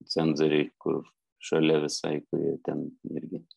cenzoriai kur šalia visai kurie ten irgi